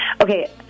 Okay